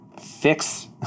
fix